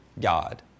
God